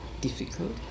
difficult